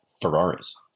Ferraris